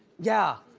yeah,